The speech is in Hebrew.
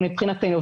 מבחינתנו,